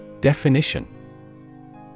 Definition